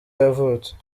yavutse